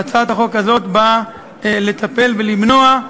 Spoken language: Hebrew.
והצעת החוק הזאת באה לטפל ולמנוע,